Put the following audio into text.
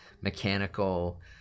mechanical